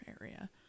area